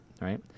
Right